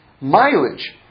mileage